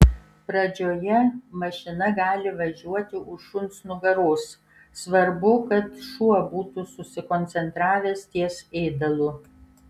pradžioje mašina gali važiuoti už šuns nugaros svarbu kad šuo būtų susikoncentravęs ties ėdalu